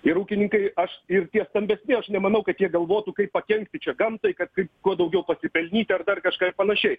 ir ūkininkai aš ir tie stambesni aš nemanau kad jie galvotų kaip pakenkti čia gamtai kad kaip kuo daugiau pasipelnyti ar dar kažką ir panašiai